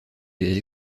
des